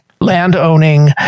land-owning